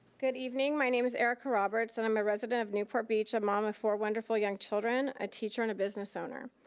good evening. my name is erika roberts, and i'm a resident of newport beach, a mom of four wonderful young children, a teacher, and a business owner.